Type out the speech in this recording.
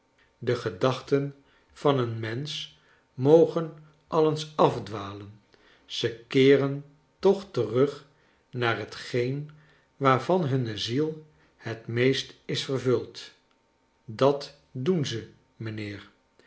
de gedachten van een mensch mogen al eens afdwalen ze eeren toch terug naar hetgeen waarvan hunne ziel het meest is vervuld dat doen ze mijnheer